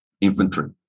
infantry